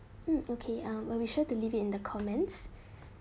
mm okay uh will be sure to leave it in the comments